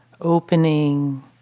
opening